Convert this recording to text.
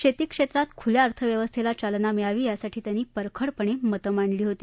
शेती क्षेत्रात खुल्या अर्थव्यवस्थेला चालना मिळावी यासाठी त्यांनी परखडपणे मतं मांडली होती